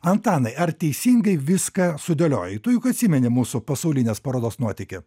antanai ar teisingai viską sudėliojai tu juk atsimeni mūsų pasaulinės parodos nuotykį